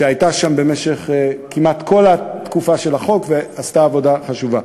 שהייתה שם כמעט כל התקופה של החוק ועשתה עבודה חשובה.